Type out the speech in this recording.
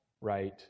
right